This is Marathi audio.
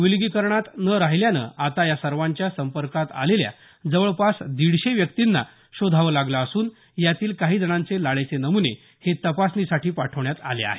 विलगीकरणात न राहिल्यामुळे आता या सर्वांच्या संपर्कात आलेल्या जवळपास दिडशे व्यक्तीना शोधावे लागले असून यातील काही जणांचे लाळेचे नमुने हे तपासणीस पाठवण्यात आले आहेत